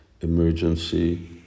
emergency